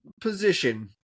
position